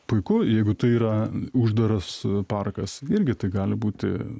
puiku jeigu tai yra uždaras parkas irgi tai gali būti